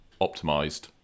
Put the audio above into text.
optimized